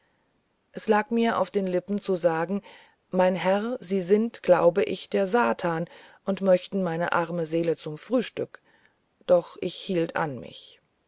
es lag mir auf den lippen zu sagen mein herr sie sind glaube ich der satan und möchten meine arme seele zum frühstück doch hielt ich an mir